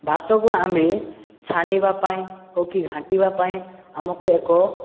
ଭାତକୁ ଆମେ ଛାଣିବା ପାଇଁ ହଉ କି ଘାଣ୍ଟିବା ପାଇଁ ଆମକୁ ଏକ